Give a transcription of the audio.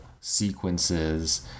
sequences